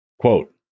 Quote